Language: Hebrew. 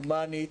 הומנית,